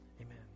Amen